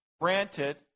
granted